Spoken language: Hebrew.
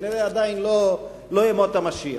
כנראה עדיין לא ימות המשיח.